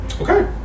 Okay